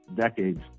decades